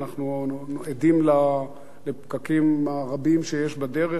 ואנחנו עדים לפקקים הרבים שיש בדרך,